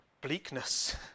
bleakness